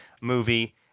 movie